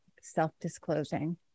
self-disclosing